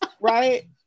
right